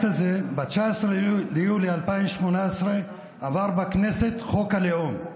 הזה ב-19 ביולי 2018 עבר בכנסת חוק הלאום.